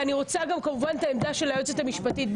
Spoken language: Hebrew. אני רוצה לשמוע את עמדת היועצת המשפטית.